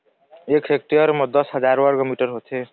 एक हेक्टेयर म दस हजार वर्ग मीटर होथे